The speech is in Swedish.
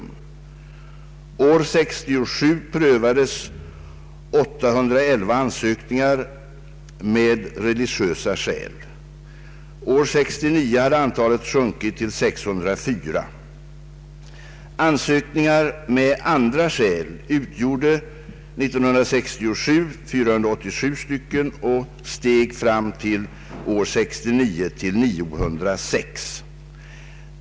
År 1967 prövades 811 ansökningar med religiösa skäl. År 1969 hade antalet sjunkit till 604. Ansökningar med andra skäl utgjorde år 1967 487 stycken och steg fram till år 1969 till 906.